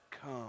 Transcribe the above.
Come